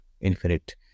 infinite